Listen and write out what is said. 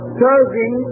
serving